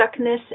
stuckness